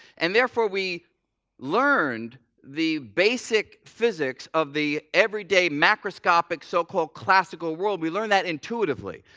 and therefore we learned the basic physics of the everyday macroscopic so-called classical world. we learned that intuitively.